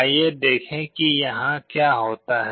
आइए देखें कि यहां क्या होता है